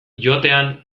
joatean